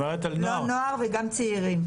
גם נוער וגם צעירים.